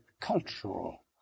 cultural